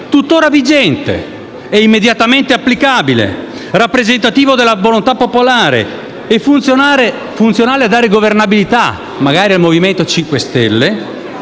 tuttora vigente e immediatamente applicabile, rappresentativo della volontà popolare e funzionale a dare governabilità - magari al Movimento 5 Stelle